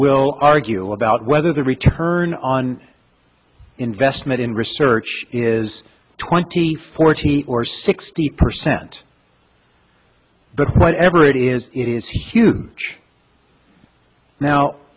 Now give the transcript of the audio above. will argue about whether the return on investment in research is twenty forty or sixty percent but whatever it is it is huge now